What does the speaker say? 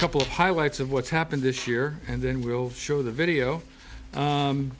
couple of highlights of what's happened this year and then we'll show the video